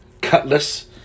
Cutlass